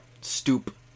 stoop